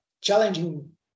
challenging